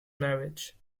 marriage